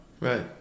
Right